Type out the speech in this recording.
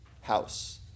house